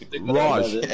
Raj